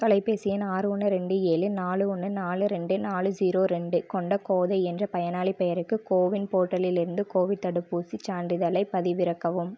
தொலைபேசி எண் ஆறு ஒன்று ரெண்டு ஏழு நாலு ஒன்று நாலு ரெண்டு நாலு ஸீரோ ரெண்டு கொண்ட கோதை என்ற பயனாளிப் பெயருக்கு கோவின் போர்ட்டலிலிருந்து கோவிட் தடுப்பூசிச் சான்றிதழைப் பதிவிறக்கவும்